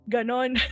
Ganon